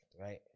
right